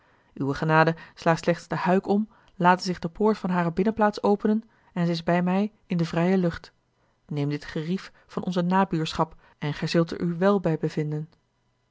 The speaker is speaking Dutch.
uwe genade sla slechts de huik om late zich de poort van hare binnenplaats openen en zij is bij mij in de vrije lucht neem dit gerief van onze nabuurschap en gij zult er u wel bij vinden